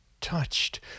touched